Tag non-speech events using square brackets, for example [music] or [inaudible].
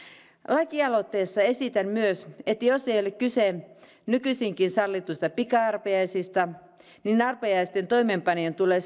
lakialoitteessa esitän myös että jos ei ole kyse nykyisinkin sallituista pika arpajaisista niin arpajaisten toimeenpanijan tulee [unintelligible]